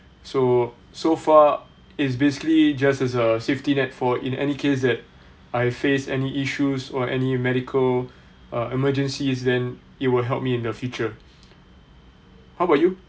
so so far it's basically just as a safety net for in any case that I face any issues or any medical uh emergencies then it will help me in the future how about you